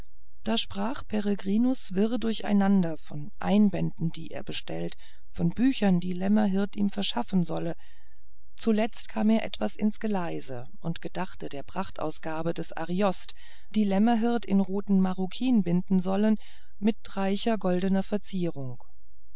da sprach peregrinus wirr durcheinander von einbänden die er bestellt von büchern die lämmerhirt ihm verschaffen sollen zuletzt kam er etwas ins geleise und gedachte der prachtausgabe des ariost die lämmerhirt in roten maroquin binden sollen mit reicher goldner verzierung